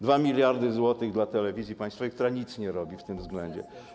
2 mld zł dla telewizji państwowej, która nic nie robi w tym względzie.